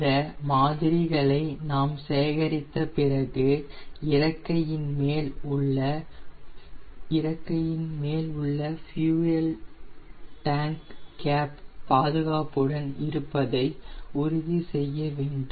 இந்த மாதிரிகளை நாம் சேகரித்த பிறகு இறக்கையின் மேல் உள்ள ஃபியூயெல் டேங்க் கேப் பாதுகாப்புடன் இருப்பதை உறுதி செய்ய வேண்டும்